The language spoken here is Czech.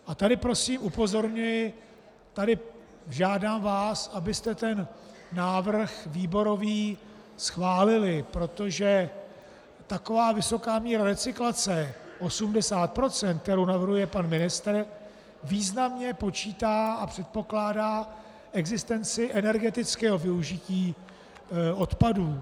A tady prosím upozorňuji, žádám vás, abyste ten výborový návrh schválili, protože taková vysoká míra recyklace 80 %, kterou navrhuje pan ministr, významně počítá a předpokládá existenci energetického využití odpadů.